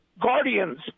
guardians